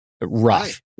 rough